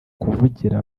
kuvugira